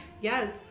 Yes